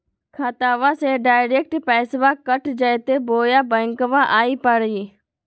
खाताबा से डायरेक्ट पैसबा कट जयते बोया बंकबा आए परी?